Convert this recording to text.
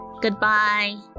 Goodbye